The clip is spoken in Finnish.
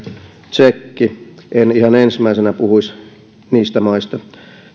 tsekki en ihan ensimmäisenä puhuisi niistä maista